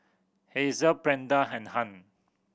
Hazel Brenda and Hunt